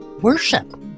worship